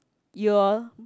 you'll